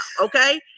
okay